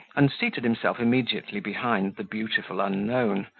and seated himself immediately behind the beautiful unknown,